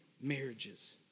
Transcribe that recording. marriages